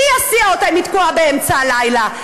מי יסיע אותה אם היא תקועה באמצע הלילה?